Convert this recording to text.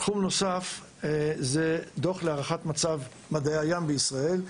תחום נוסף זה דוח להערכת מצב מדעי הים בישראל,